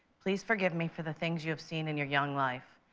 please forgive me for the things you have seen in your young life.